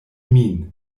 min